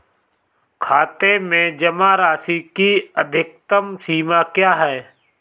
खाते में जमा राशि की अधिकतम सीमा क्या है?